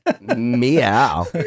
Meow